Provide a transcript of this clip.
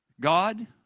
God